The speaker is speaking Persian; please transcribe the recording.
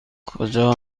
کجا